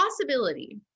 possibility